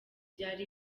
byari